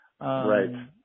right